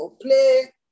Play